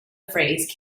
phrase